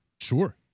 Sure